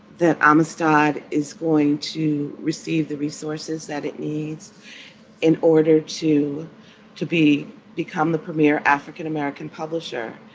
that amistad is going to receive the resources that it needs in order to to be become the premier african-american publisher.